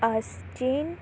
ਆਸਚੇਨ